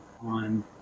on